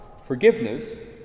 forgiveness